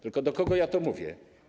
Tylko do kogo ja to mówię?